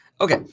okay